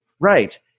Right